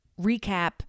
recap